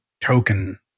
token